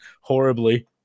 horribly